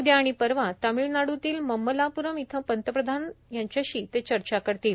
उद्या आणि परवा तामिळनाडूतील ममल्लापूरम् इथं पंतप्रधान त्यांच्याशी चर्चा करतील